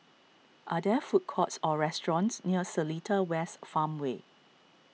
are there food courts or restaurants near Seletar West Farmway